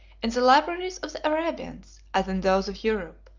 in the libraries of the arabians, as in those of europe,